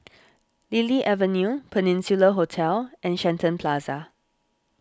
Lily Avenue Peninsula Hotel and Shenton Plaza